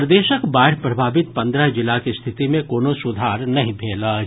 प्रदेशक बाढ़ि प्रभावित पन्द्रह जिलाक स्थिति मे कोनो सुधार नहि भेल अछि